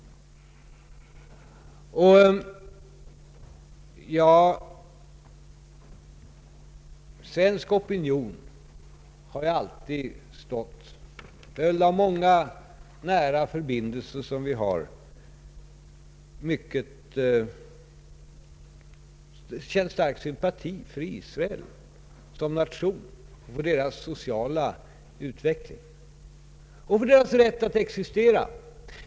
Svensk opinion har alltid — till följd av många nära förbindelser — känt stark sympati för Israel som nation, för dess sociala utveckling och för dess rätt att existera.